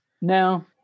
no